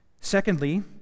Secondly